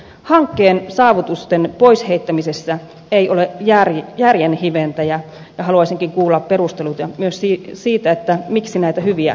hankkeen saavutusten pois heittämisessä ei ole järjen hiventä ja haluaisinkin kuulla perusteluita myös sille miksi näitä hyviä toimintamalleja ei jatketa